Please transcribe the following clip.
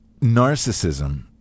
narcissism